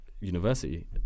university